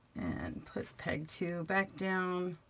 and put peg two back down.